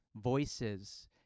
voices